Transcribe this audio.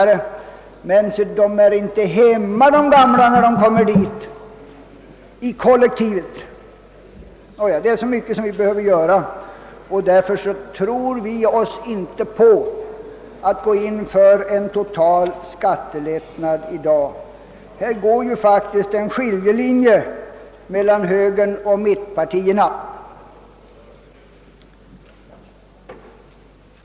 Men se, de gamla känner sig inte hemma när de kommer till kollektivet. Det är så mycket vi behöver göra, och därför tror vi inte att vi i dag kan gå in för en total skattelättnad. Här går faktiskt en skiljelinje mellan högern och mittenpartierna.